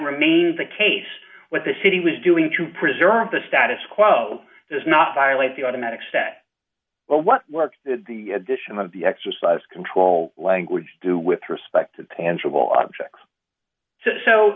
remains the case what the city was doing to preserve the status quo does not violate the automatic stay but what work that the addition of the exercise control language do with respect to tangible objects so